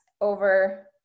over